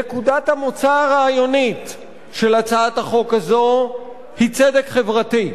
נקודת המוצא הרעיונית של הצעת החוק הזאת היא צדק חברתי,